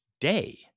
day